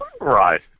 Right